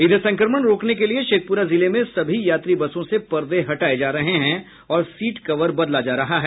इधर संक्रमण रोकने के लिये शेखपुरा जिले में सभी यात्री बसों से पर्दे हटाये जा रहे हैं और सीट कवर बदला जा रहा है